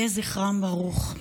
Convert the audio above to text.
יהיה זכרם ברוך.